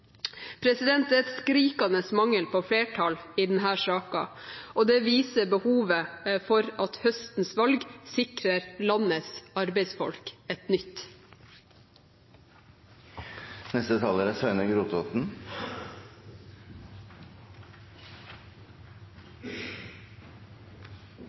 Det er skrikende mangel på flertall i denne saken – og det viser behovet for at høstens valg sikrer landets arbeidsfolk et nytt. Kriminalitet er